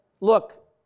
look